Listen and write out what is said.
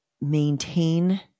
maintain